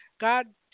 God